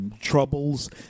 troubles